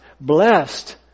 blessed